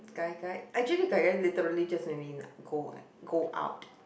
gai gai actually gai gai literally just mean go go out